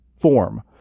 form